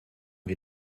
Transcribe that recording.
wir